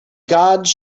gods